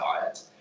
diet